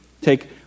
Take